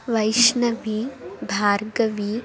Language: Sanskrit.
वैष्णवी भार्गवी